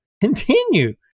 continue